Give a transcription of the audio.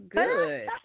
good